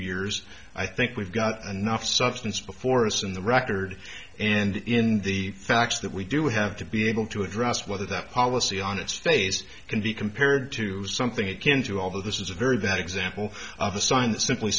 years i think we've got enough substance before us in the record and in the facts that we do have to be able to address whether that policy on it stays in the compared to something akin to all of this is a very bad example of a sign that simply